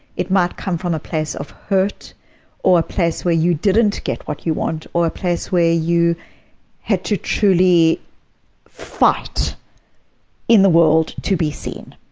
it might come from a place of hurt or a place where you didn't get what you want, or a place where you had to truly fight in the world to be seen.